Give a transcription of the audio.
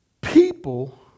People